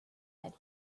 that